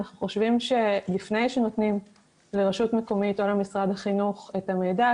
אנחנו חושבים שלפני שנותנים לרשות מקומית או למשרד החינוך את המידע,